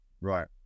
Right